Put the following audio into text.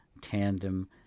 tandem